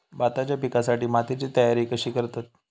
भाताच्या पिकासाठी मातीची तयारी कशी करतत?